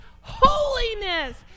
holiness